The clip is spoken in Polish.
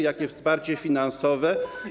Jakie wsparcie finansowe?